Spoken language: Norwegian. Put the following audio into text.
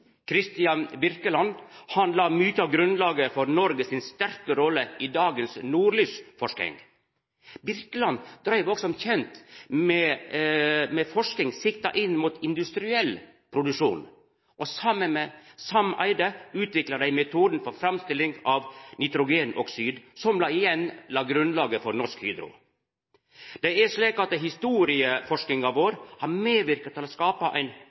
Kristian Birkeland la mykje av grunnlaget for Noreg si sterke rolle i dagens nordlysforsking. Birkeland dreiv òg som kjent med forsking sikta inn mot industriell produksjon, og saman med Sam Eyde utvikla han metoden for framstilling av nitrogenoksid, som igjen la grunnlaget for Norsk Hydro. Historieforskinga vår har medverka til å skapa ein